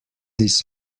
this